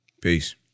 Peace